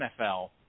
NFL